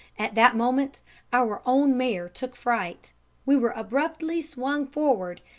at that moment our own mare took fright we were abruptly swung forward,